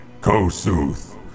Kosuth